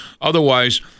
otherwise